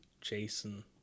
jason